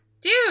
Dude